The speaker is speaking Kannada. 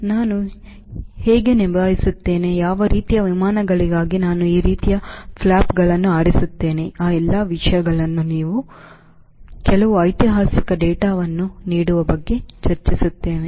ನಾನು ಹೇಗೆ ನಿಭಾಯಿಸುತ್ತೇನೆ ಯಾವ ರೀತಿಯ ವಿಮಾನಗಳಿಗಾಗಿ ನಾನು ಈ ರೀತಿಯ ಫ್ಲಾಪ್ಗಳನ್ನು ಆರಿಸುತ್ತೇನೆ ಆ ಎಲ್ಲಾ ವಿಷಯಗಳನ್ನು ನಾವು ಕೆಲವು ಐತಿಹಾಸಿಕ ಡೇಟಾವನ್ನು ನೀಡುವ ಬಗ್ಗೆ ಚರ್ಚಿಸುತ್ತೇವೆ